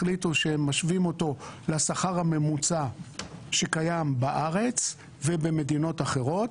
החליטו שהם משווים אותו לשכר הממוצע שקיים בארץ ובמדינות אחרות.